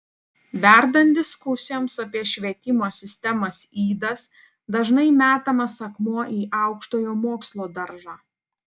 verdant diskusijoms apie švietimo sistemos ydas dažnai metamas akmuo į aukštojo mokslo daržą